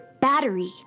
battery